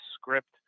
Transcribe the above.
script